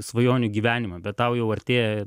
svajonių gyvenimą bet tau jau artėja